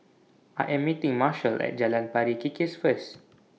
I Am meeting Marshall At Jalan Pari Kikis First